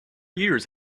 years